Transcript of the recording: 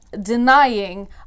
denying